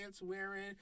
wearing